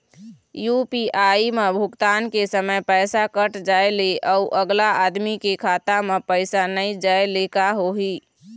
UPI म भुगतान के समय पैसा कट जाय ले, अउ अगला आदमी के खाता म पैसा नई जाय ले का होही?